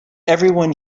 everyone